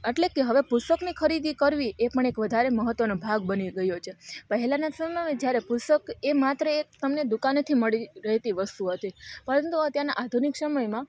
અટલે કે હવે પુસ્તકની ખરીદી કરવી એ પણ એક વધારે મહત્ત્વનો ભાગ બની ગયો છે પહેલાંના સમયમાં જ્યારે પુસ્તક એ માત્ર એક તમને દુકાનેથી મળી રહેતી વસ્તુ હતી પરંતુ અત્યારના આધુનિક સમયમાં